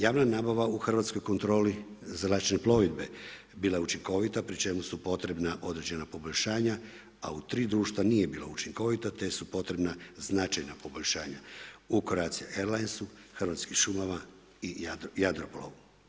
Javna nabava u Hrvatskoj kontroli zračne plovidbe bila je učinkovita pri čemu su potrebna određena poboljšanja a u 3 društva nije bilo učinkovito te su potrebna značajna poboljšanja, u Croatia Airlinesu, Hrvatskim šumama i Jadroplovu.